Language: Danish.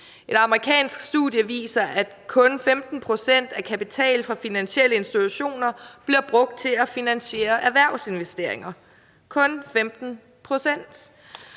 Et amerikansk studie viser, at kun 15 pct. af kapital fra finansielle institutioner bliver brugt til at finansiere erhvervsinvesteringer – kun 15 pct.